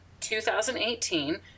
2018